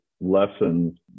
lessons